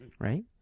Right